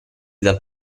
dal